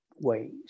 ways